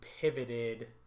pivoted